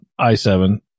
i7